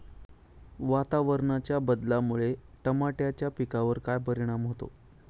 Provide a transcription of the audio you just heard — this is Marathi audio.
वातावरणाच्या बदलामुळे टमाट्याच्या पिकावर काय परिणाम होतो?